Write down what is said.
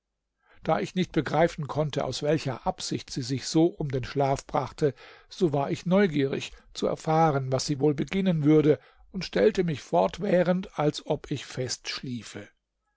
da ich nicht begreifen konnte aus welcher absicht sie sich so um den schlaf brachte so war ich neugierig zu erfahren was sie wohl beginnen würde und stellte mich fortwährend als ob ich fest schliefe